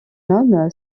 homme